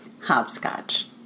Hopscotch